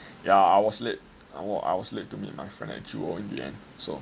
yeah I was late I was late to meet my friend at Jewel in the end